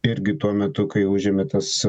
irgi tuo metu kai užėmė tas